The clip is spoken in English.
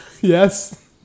Yes